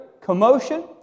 commotion